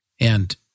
And-